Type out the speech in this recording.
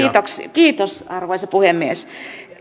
kiitos arvoisa puhemies